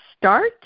start